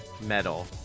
metal